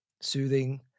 soothing